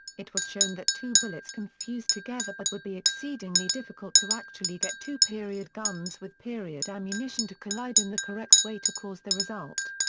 it was shown that two bullets can fuse together but would be exceedingly difficult to actually get two period guns with period ammunition to collide in the correct way to cause the result.